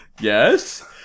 Yes